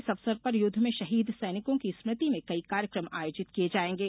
इस अवसर पर युद्ध में शहीद सैनिकों की स्मृति में कई कार्यक्रम आयोजित किये जायेंगे